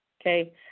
okay